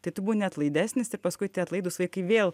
tai tu būni atlaidesnis ir paskui tie atlaidūs vaikai vėl